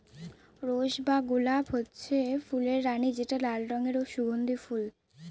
rose বা গলাপ হচ্ছে ফুলের রানী যেটা লাল রঙের ও সুগন্ধি ফুল